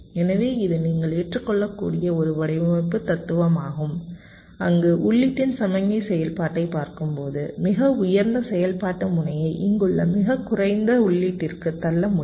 எனவே இது நீங்கள் ஏற்றுக்கொள்ளக்கூடிய ஒரு வடிவமைப்பு தத்துவமாகும் அங்கு உள்ளீட்டின் சமிக்ஞை செயல்பாட்டைப் பார்க்கும்போது மிக உயர்ந்த செயல்பாட்டு முனையை இங்குள்ள மிகக் குறைந்த உள்ளீட்டிற்கு தள்ள முடியும்